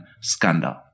scandal